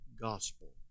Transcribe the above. gospel